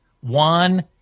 One